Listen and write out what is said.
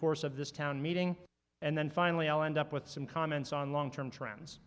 course of this town meeting and then finally i'll end up with some comments on long term trends